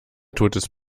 totes